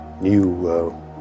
new